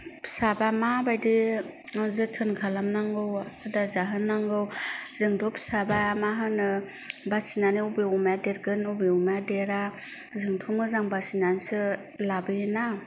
फिसाबा माबायदि जोथोन खालामनांगौ आदार जाहोनांगौ जोंथ' फिसाबा मा होनो बासिनानै अबे अमाया देरगोन अबे अमाया देरा जोंथ' मोजां बासिनानैसो लाबोयो ना